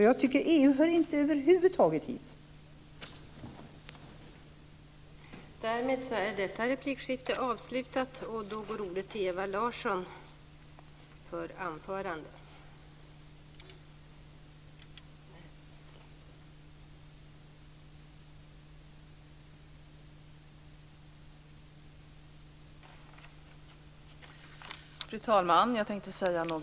Jag tycker inte att EU över huvud taget hör hit.